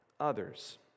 others